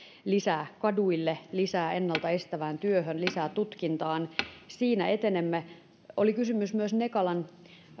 lisää kaduille lisää ennalta estävään työhön lisää tutkintaan siinä etenemme oli kysymys myös nekalan